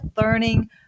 learning